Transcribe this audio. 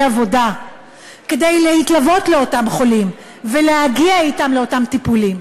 עבודה כדי להתלוות לאותם חולים ולהגיע אתם לאותם טיפולים.